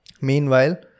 Meanwhile